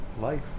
life